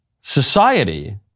Society